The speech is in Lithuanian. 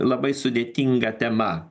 labai sudėtinga tema